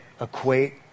equate